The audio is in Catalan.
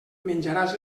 menjaràs